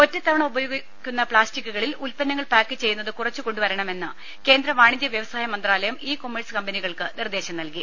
ഒറ്റത്തവണ ഉപയോഗിക്കുന്ന പ്ലാസ്റ്റിക്കുകളിൽ ഉൽപ്പന്നങ്ങൾ പാക്കു ചെയ്യുന്നത് കുറച്ചുകൊണ്ടുവരണമെന്ന് കേന്ദ്ര വാണിജ്യവ്യവസായ മന്ത്രാ ലയം ഇ കൊമേഴ്സ് കമ്പനികൾക്ക് നിർദ്ദേശം നൽകി